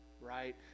right